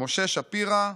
משה שפירא,